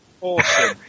Awesome